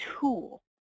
tool